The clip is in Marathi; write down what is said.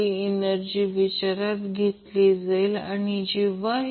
एक फॅक्टर गुणाकारात आहे आणि हा फॅक्टर आहे